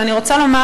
אני רוצה לומר,